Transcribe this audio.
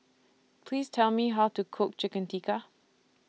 Please Tell Me How to Cook Chicken Tikka